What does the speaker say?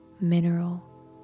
mineral